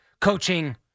coaching